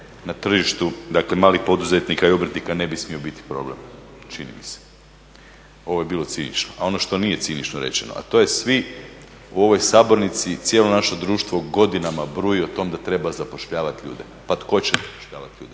na tržištu, dakle malih poduzetnika i obrtnika ne bi smio biti problem. Čini mi se, ovo je bilo cinično. A ono što nije cinično rečeno, a to je svi u ovoj sabornici, cijelo naše društvo godinama bruji o tome da treba zapošljavati ljude. Pa tko će zapošljavat ljude?